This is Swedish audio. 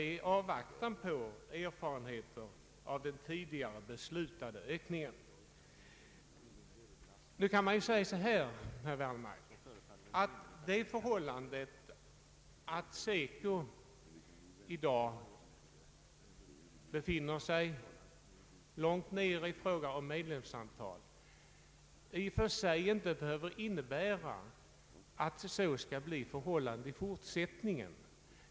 Nu kan man säga, herr Wallmark, att det förhållandet att SECO i dag har ett lågt medlemsantal i och för sig inte bebehöver innebära att så skall bli fallet också i fortsättningen.